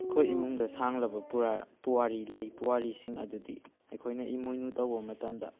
ꯑꯩꯈꯣꯏ ꯏꯃꯨꯡꯗ ꯁꯥꯡꯂꯕ ꯄꯨꯋꯥꯔꯤ ꯂꯩ ꯄꯨꯋꯥꯔꯤꯁꯤꯡ ꯑꯗꯨꯗꯤ ꯑꯩꯈꯣꯏꯅ ꯏꯃꯣꯏꯅꯨ ꯇꯧꯕ ꯃꯇꯝꯗ